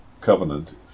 covenant